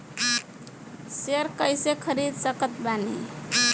Share कइसे खरीद सकत बानी?